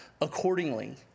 accordingly